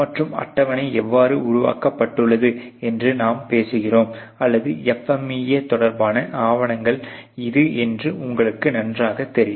மற்றும் அட்டவணை எவ்வாறு உருவாக்கப்பட்டுள்ளது என்று நாம் பேசுகிறோம் அல்லது FMEA தொடர்பான ஆவணங்கள் இது என்று உங்களுக்கு நன்றாகத் தெரியும்